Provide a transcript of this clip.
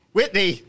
Whitney